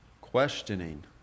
Questioning